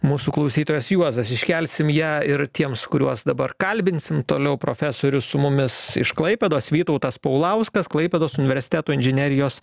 mūsų klausytojas juozas iškelsim ją ir tiems kuriuos dabar kalbinsim toliau profesorius su mumis iš klaipėdos vytautas paulauskas klaipėdos universiteto inžinerijos